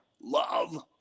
Love